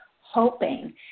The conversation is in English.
hoping